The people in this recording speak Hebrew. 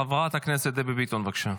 חברת הכנסת דבי ביטון, בבקשה.